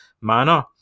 manner